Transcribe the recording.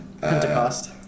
Pentecost